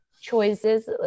choices